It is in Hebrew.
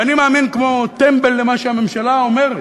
ואני מאמין כמו טמבל למה שהממשלה אומרת,